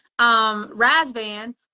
Razvan